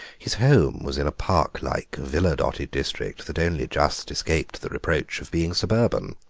his home was in a park-like, villa-dotted district that only just escaped the reproach of being suburban.